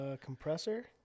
compressor